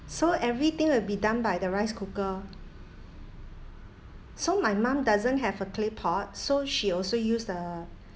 so everything will be done by the rice cooker so my mum doesn't have a claypot so she also use the